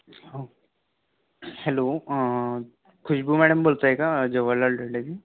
हां hello Khushboo madam बोलताय का जवाहरलाल दर्डातून